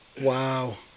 Wow